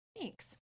thanks